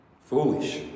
foolish